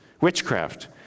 witchcraft